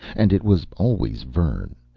and it was always vern,